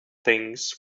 things